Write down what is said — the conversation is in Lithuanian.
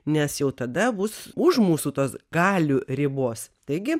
nes jau tada bus už mūsų tos galių ribos taigi